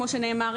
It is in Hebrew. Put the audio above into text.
כמו שנאמר,